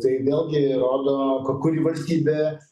tai vėlgi rodo ku kuri valstybė